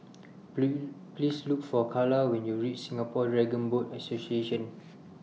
Please Look For Karla when YOU REACH Singapore Dragon Boat Association